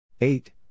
eight